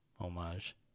homage